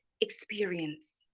experience